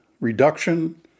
reduction